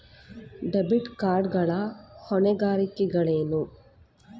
Debit card ಗಳ ಹೊಣೆಗಾರಿಕೆಗಳೇನು?